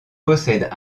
possèdent